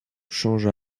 change